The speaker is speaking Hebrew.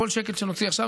כל שקל שנוציא עכשיו,